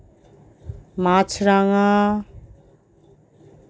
মাছরাঙা